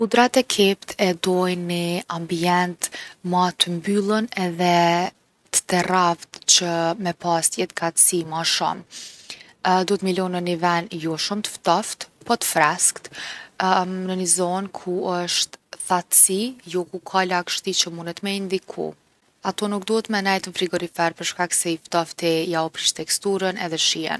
Hudrat e kept e dojn ni ambient ma t’mbyllun edhe t’terravt qe me pas jetgatsi ma shumë. Duhet m’i lon në ni ven jo shumë t’ftoft po t’freskt në ni zonë ku osht thatsi jo ku ka lagshti që munet me i ndiku. Ato nuk duhet me nejt n’frigorifer për shkak se i ftofti jau prish teksturën edhe shijen.